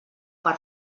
per